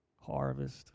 harvest